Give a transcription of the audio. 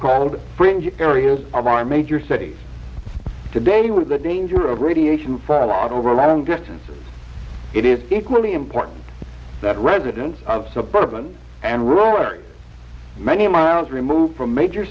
called fringe areas of our major cities today with the danger of radiation for a lot over long distances it is equally important that residents of suburban and rural areas many miles removed from major